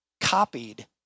copied